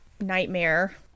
nightmare